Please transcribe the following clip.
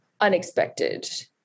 unexpected